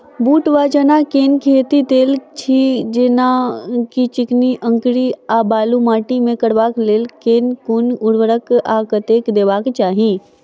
बूट वा चना केँ खेती, तेल छी जेना की चिकनी, अंकरी आ बालू माटि मे करबाक लेल केँ कुन उर्वरक आ कतेक देबाक चाहि?